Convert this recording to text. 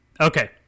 Okay